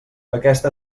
aquesta